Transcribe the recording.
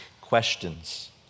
questions